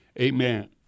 Amen